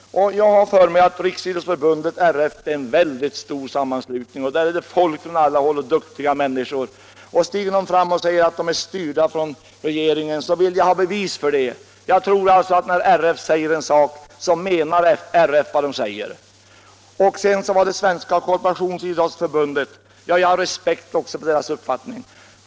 Jag har för mig att Riksidrottsförbundet — RF — är en väldigt stor sammanslutning, och där finns duktiga människor från alla håll. Stiger någon fram och säger att de är styrda från regeringen vill jag ha bevis för det. Jag tror alltså att när RF säger en sak menar man det. Jag har respekt också för Svenska korporationsidrottsförbundets uppfattning.